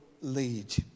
lead